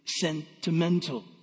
sentimental